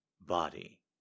body